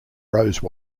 rose